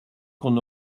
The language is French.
qu’on